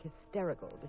hysterical